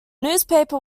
newspaper